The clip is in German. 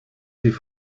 sie